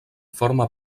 forma